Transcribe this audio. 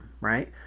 right